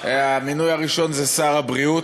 המינוי הראשון זה שר הבריאות,